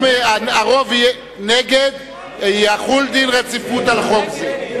אם הרוב יהיו נגד, יחול דין רציפות על חוק זה.